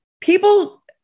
People